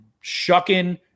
shucking